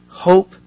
Hope